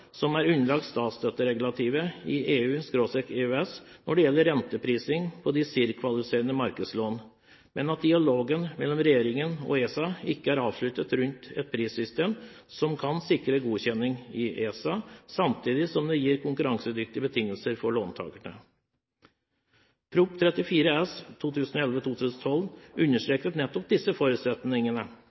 som er underlagt statsstøtteregelverket i EU/EØS når det gjelder renteprising på de CIRR-kvalifiserte markedslån. Men dialogen mellom regjeringen og ESA rundt et prissystem som kan sikre godkjenning i ESA, samtidig som det gir konkurransedyktige betingelser for låntakerne, er ikke avsluttet. Prop. 34 S for 2011–2012 understreket nettopp disse forutsetningene.